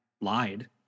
lied